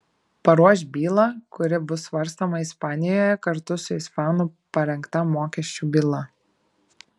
paruoš bylą kuri bus svarstoma ispanijoje kartu su ispanų parengta mokesčių byla